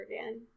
again